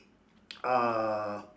uh